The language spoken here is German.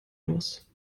los